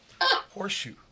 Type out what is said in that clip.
Horseshoe